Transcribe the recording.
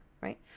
right